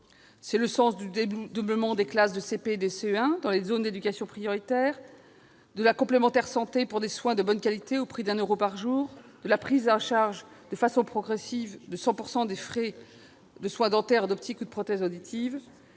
est le sens du dédoublement des classes de CP et de CE1 dans les zones d'éducation prioritaire, de la complémentaire santé pour des soins de bonne qualité au prix de 1 euro par jour ou de la prise en charge progressive de 100 % des frais de soins dentaires, d'optique ou de prothèses auditives.